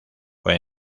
fue